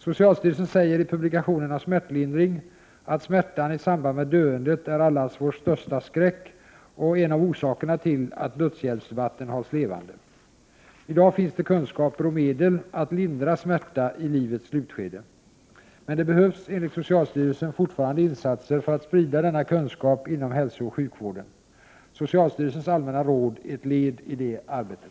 Socialstyrelsen säger i publikationen om smärtlindring att smärtan i samband med döendet är allas vår största skräck och en av orsakerna till att dödshjälpsdebatten hålls levande. I dag finns det kunskaper och medel att lindra smärta i livets slutskede. Men det behövs, enligt socialstyrelsen, fortfarande insatser för att sprida denna kunskap inom hälsooch sjukvården. Socialstyrelsens allmänna råd är ett led i det arbetet.